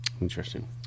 Interesting